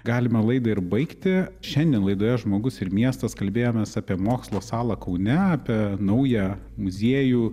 galima laidą ir baigti šiandien laidoje žmogus ir miestas kalbėjomės apie mokslo salą kaune apie naują muziejų